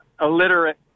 illiterate